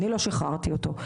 אני לא שחררתי אותו.